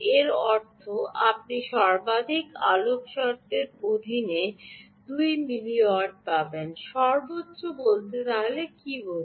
এর অর্থ আপনি সর্বাধিক আলোক শর্তের অধীনে 2 মিলিওয়াট পাবেন সর্বোচ্চ বলতে কী বোঝ